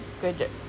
good